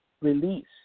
release